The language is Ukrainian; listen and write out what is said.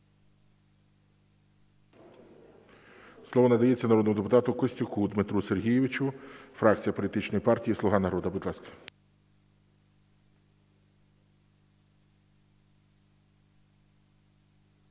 Слово надається народному депутату Костюку Дмитру Сергійовичу, фракція політичної партії "Слуга народу", будь ласка.